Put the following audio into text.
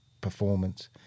performance